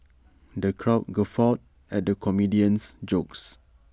the crowd guffawed at the comedian's jokes